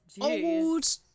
old